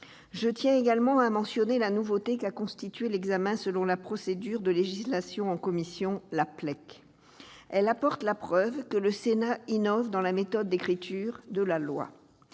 Je tiens également à mentionner la nouveauté qu'a constituée l'examen selon la procédure de législation en commission, la PLEC. Elle apporte la preuve que le Sénat innove dans la méthode d'écriture de la loi.